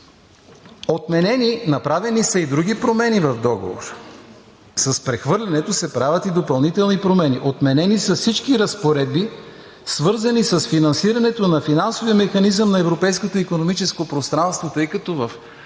Направени са и други промени в договора – с прехвърлянето се правят и допълнителни промени , отменени са всички разпоредби, свързани с финансирането на финансовия механизъм на Европейското икономическо пространство, тъй като в